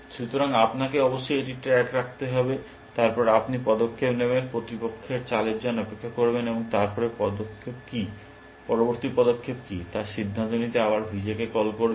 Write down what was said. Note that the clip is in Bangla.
সুতরাং আপনাকে অবশ্যই এটির ট্র্যাক রাখতে হবে তারপর আপনি পদক্ষেপ নেবেন প্রতিপক্ষের চালের জন্য অপেক্ষা করবেন এবং তারপরে পরবর্তী পদক্ষেপ কী তা সিদ্ধান্ত নিতে আবার V J কে কল করবেন